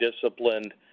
disciplined